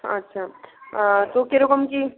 আচ্ছা তো কেরকম কী